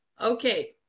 Okay